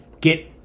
get